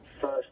first